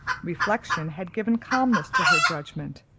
reflection had given calmness to her judgment,